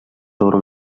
sobre